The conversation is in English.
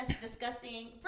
discussing